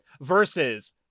versus